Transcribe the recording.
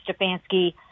Stefanski